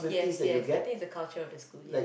yes yes I think it's the culture of the school yes